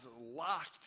locked